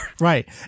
Right